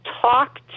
talk